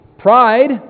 pride